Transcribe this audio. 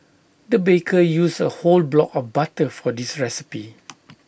the baker used A whole block of butter for this recipe